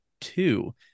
two